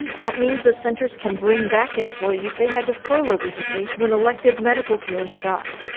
that means the centers can bring back employees they had to furlough recently when elective medical care stopped.